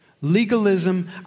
Legalism